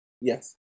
Yes